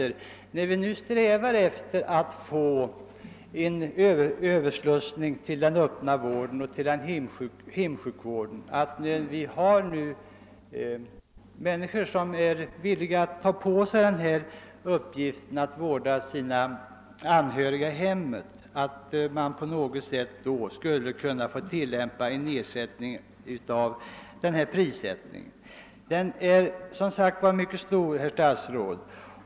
Men när vi nu strävar efter en överslussning till den öppna vården och hemsjukvården, och när det finns människor som är villiga att ta på sig uppgiften att vårda sina anhöriga i hemmet, så tycker jag att vi skulle kunna tillämpa en nedsättning av priset på dessa artiklar. Detta är en stor fråga, herr statsråd.